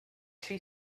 she